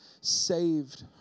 saved